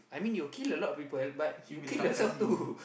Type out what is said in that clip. I mean you will kill a lot of people but you will kill yourself too